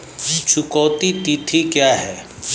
चुकौती तिथि क्या है?